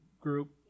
group